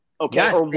okay